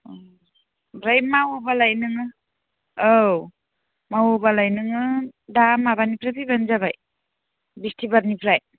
ओं ओमफ्राय मावोब्लालाय नोङो औ मावोब्लालाय नोङो दा माबानिफ्राय फैब्लानो जाबाय बिस्तिबारनिफ्राय